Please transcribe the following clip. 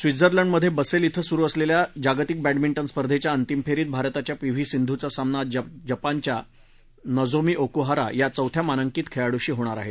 स्वित्झर्लंडमध्य बिस्ती इथं सुरू असलखी जागतिक बईभिंटन स्पर्धेच्या अंतिम फेरीत भारताच्या पी व्ही सिंधूचा सामना आज जपानच्या नोझोमी ओकुहारा या चौथ्या मानांकित खळीडूशी होणार आहे